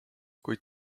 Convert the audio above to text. kuid